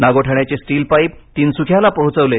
नागोठण्याचे steel pipe तिनसुखियाला पोहोचवले